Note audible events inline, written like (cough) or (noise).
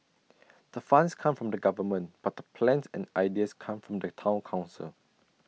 (noise) the funds come from the government but the plans and ideas come from the Town Council